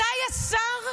מתי השר,